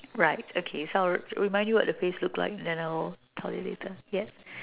okay so I'll remind you what the face looked like then I will tell you later yes right